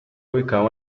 ubicado